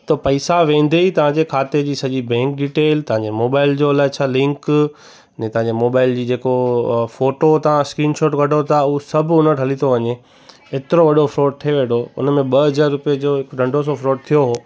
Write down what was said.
त पईसा वेंदे ई तव्हांजे खाते जी सॼी बैंक डीटेल तव्हांजे मोबाइल जो अलाए छा लिंक अने तव्हांजी मोबाइल जी जेको फोटो तव्हां स्क्रीनशॉट कढो था उओ सभु उन वटि हली तो वञे एतिरो वॾो फ्रॉड थे वेठो उन में ॿ हज़ार रुपे जो हिकु नंढो सो फ्रॉड थियो हुओ